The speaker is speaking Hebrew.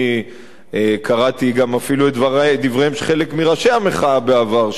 אני קראתי גם אפילו את דבריהם של חלק מראשי המחאה בעבר,